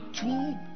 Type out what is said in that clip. two